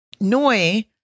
Noi